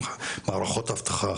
מערכות אבטחה,